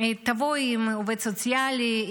תבואי עם עובד סוציאלי.